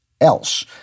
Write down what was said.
else